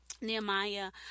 nehemiah